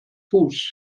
fuß